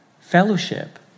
Fellowship